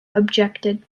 objected